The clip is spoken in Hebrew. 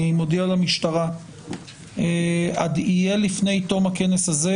אני מודיע למשטרה שלפני תום הכנס הזה